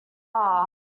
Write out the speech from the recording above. are